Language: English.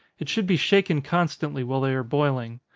it should be shaken constantly while they are boiling.